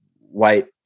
white